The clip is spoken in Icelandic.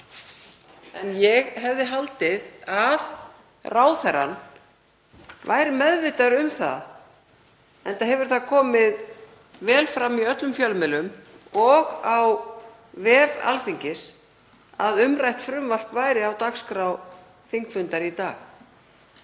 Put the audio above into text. En ég hefði haldið að ráðherrann væri meðvitaður um það, enda hefur það komið vel fram í öllum fjölmiðlum og á vef Alþingis að umrætt frumvarp væri á dagskrá þingfundar í dag